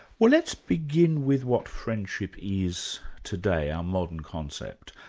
well let's begin with what friendship is today, our modern concept.